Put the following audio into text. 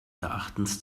erachtens